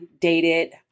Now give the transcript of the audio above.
dated